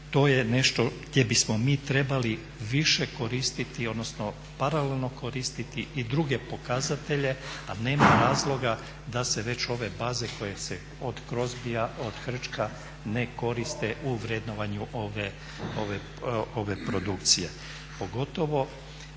to je nešto gdje bismo mi trebali više koristiti odnosno paralelno koristiti i druge pokazatelje a nema razloga da se već ove baze koje se od Crosbya, od hrčka ne koriste u vrednovanju ove produkcije pogotovo